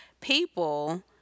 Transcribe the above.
People